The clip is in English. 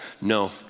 No